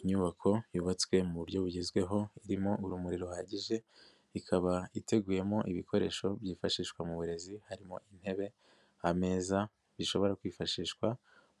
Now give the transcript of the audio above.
Inyubako yubatswe mu buryo bugezweho irimo urumuri ruhagije, ikaba iteguyemo ibikoresho byifashishwa mu burezi harimo intebe, ameza bishobora kwifashishwa